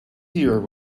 here